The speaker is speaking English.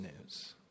news